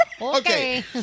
Okay